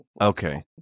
Okay